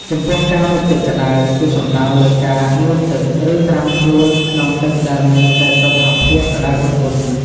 ចំពោះការមុជទឹកក្តៅ គឺសំដៅលើការងូតទឹក ឬត្រាំខ្លួនក្នុងទឹកដែលមានសីតុណ្ហភាពក្តៅឧណ្ហៗ។